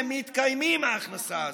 שמתקיימים מההכנסה הזאת,